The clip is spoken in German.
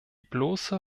bloße